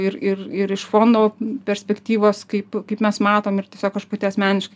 ir ir ir iš fondo perspektyvos kaip kaip mes matom ir tiesiog aš pati asmeniškai